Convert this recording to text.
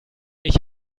ich